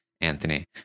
Anthony